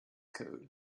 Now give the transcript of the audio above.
code